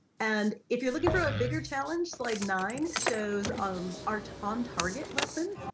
and if you're looking for a bigger challenge, slide nine shows um art on target lesson,